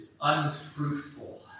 unfruitful